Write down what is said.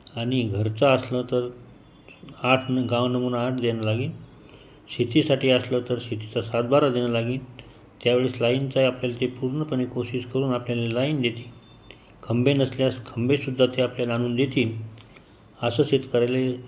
आणि घरचं असलं तर आठ गाव नमुना आठ देणं लागेन शेतीसाठी असलं तर शेतीचा सात बारा देणं लागेन त्यावेळेस लाइनचा ही आपल्याला ते पूर्णपणे कोशिश करून आपल्याला लाइन देतील खंबे नसल्यास खंबे सुद्धा ते आपल्याला आणून देतीन असं शेतकऱ्याले